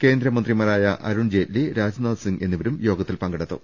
കേന്ദ്ര മന്ത്രിമാരായ അരുൺ ജയ്റ്റ്ലി രാജ്നാഥ്സിങ് എന്നിവരും യോഗത്തിൽ പങ്കെടുത്തു